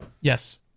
Yes